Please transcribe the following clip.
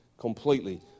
Completely